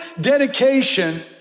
dedication